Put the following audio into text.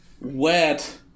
wet